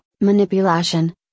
manipulation